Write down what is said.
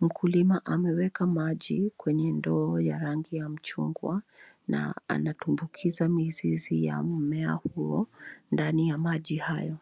Mkulima ameweka maji kwenye ndoo ya rangi ya mchungwa na anatumbukiza mizizi ya mmea huo ndani ya maji hayo.